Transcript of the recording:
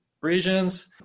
regions